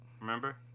Remember